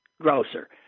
grocer